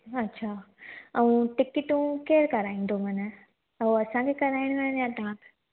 अच्छा ऐं टिकीटूं केरु कराईंदो मना उहो असांखे कराइणु आहिनि या तव्हां